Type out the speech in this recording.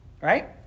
right